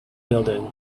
building